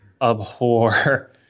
abhor